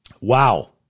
Wow